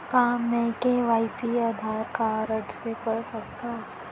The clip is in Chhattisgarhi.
का मैं के.वाई.सी आधार कारड से कर सकत हो?